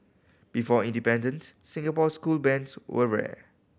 before independence Singapore school bands were rare